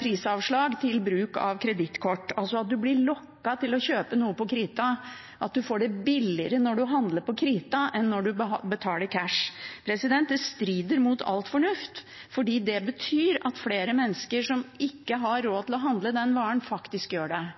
prisavslag til bruk av kredittkort, altså at man blir lokket til å kjøpe noe på krita, og at man får det billigere når man handler på krita, enn når man betaler cash. Det strider mot all fornuft, for det betyr at flere mennesker som ikke har råd til å handle den varen, faktisk gjør det.